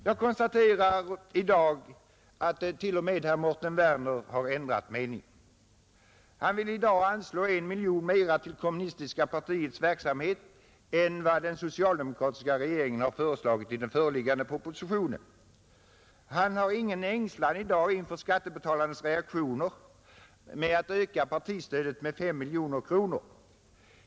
Jag konstaterar i dag att t.o.m. herr Mårten Werner har ändrat mening. Han vill i dag anslå 1 miljon mera till kommunistiska partiets verksamhet än vad den socialdemokratiska regeringen har föreslagit i den föreliggande propositionen. Han känner i dag ingen ängslan inför skattebetalarnas reaktioner när det gäller att öka partistödet med 5 miljoner kronor.